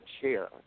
chair